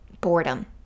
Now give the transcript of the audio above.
boredom